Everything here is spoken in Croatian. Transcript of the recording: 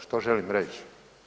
Što želim reći?